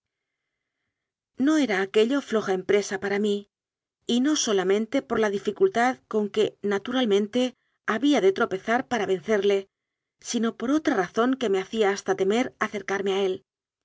no era aquello floja empresa para mí y no so lamente por la dificultad con que naturalmente había de tropezar para vencerle sino por otra ra zón que me hacía hasta temer acercarme a él